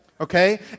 okay